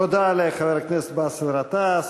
תודה לחבר הכנסת באסל גטאס.